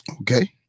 Okay